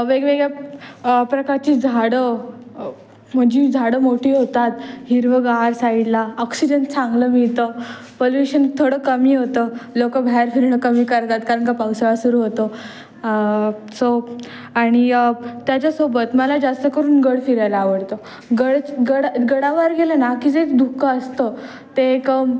वेगवेगळ्या प्रकारची झाडं म्हणजे झाडं मोठी होतात हिरवंगार साईडला ऑक्सिजन चांगलं मिळतं पल्युशन थोडं कमी होतं लोक बाहेर फिरणं कमी करतात कारण का पावसाळा सुरू होतो सो आणि त्याच्यासोबत मला जास्त करून गड फिरायला आवडतं गडच गडा गडावर गेलं ना की जे दुःख असतं ते एक